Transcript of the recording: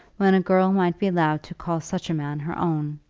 when a girl might be allowed to call such a man her own.